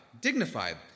dignified